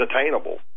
attainable